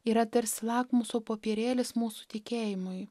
yra tarsi lakmuso popierėlis mūsų tikėjimui